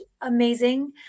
amazing